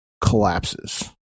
collapses